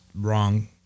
wrong